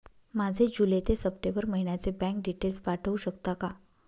माझे जुलै ते सप्टेंबर महिन्याचे बँक डिटेल्स पाठवू शकता का?